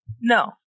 No